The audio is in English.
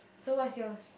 so what is yours